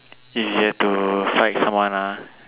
if you have to fight someone ah